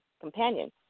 companion